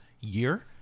year